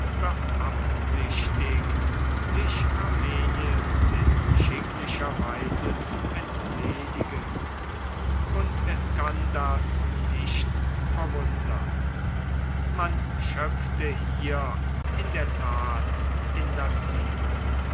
beabsichtigt sich armeniens in schicklicher weise zu entledigen und es kann das nicht verwundern man schöpfte hier in der tat in das sieb